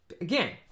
Again